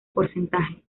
porcentaje